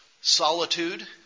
Solitude